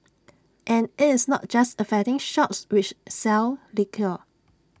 and IT is not just affecting shops which sell liquor